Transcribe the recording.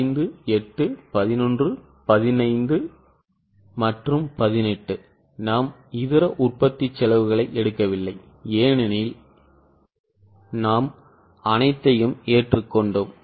5 8 11 15 மற்றும் 18 நாம் இதர உற்பத்தி செலவுகளை எடுக்கவில்லை ஏனெனில் நாம் அனைத்தையும் ஏற்றுக்கொண்டோம்